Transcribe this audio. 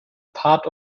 part